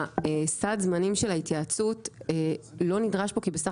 סד הזמנים של ההתייעצות לא נדרש פה כי בסך